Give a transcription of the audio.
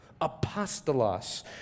Apostolos